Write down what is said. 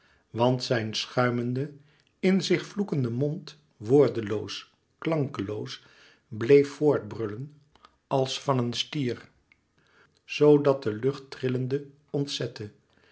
want zijn schuimende in zich vloekenden mond woordenloos klankeloos bleef voort brullen als van een stier zoo dat de lucht trillende ontzette